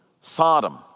Sodom